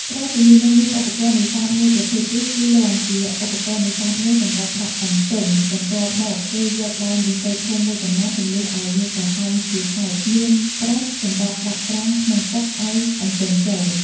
ក្រៅពីនេះនៅមានឧបករណ៍នេសាទមួយប្រភេទទៀតគឺ លាន់ ជាឧបករណ៍នេសាទមួយសម្រាប់ដាក់អន្ទង់ បន្ទាប់មកគេយកដើមឫស្សីធំមួយកំណាត់ ទម្លុះឲ្យមានប្រហោងជាហែប មានប្រឹសសម្រាប់ដាក់ត្រាំក្នុងទឹកឲ្យអន្ទង់ចូល។